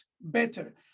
better